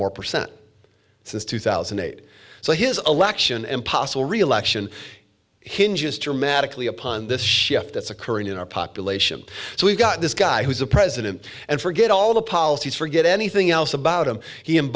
more percent since two thousand and eight so his election and possible reelection hinges dramatically upon this shift that's occurring in our population so we've got this guy who's a president and forget all the policies forget anything else about him he